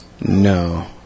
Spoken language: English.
No